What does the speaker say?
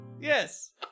Yes